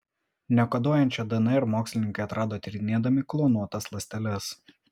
nekoduojančią dnr mokslininkai atrado tyrinėdami klonuotas ląsteles